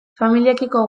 familiekiko